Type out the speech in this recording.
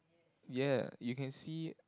ya you can see